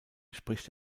spricht